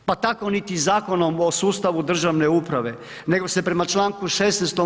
Pa tako niti Zakona o sustavu državne uprave, nego se prema čl. 16.